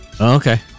Okay